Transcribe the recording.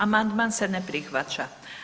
Amandman se ne prihvaća.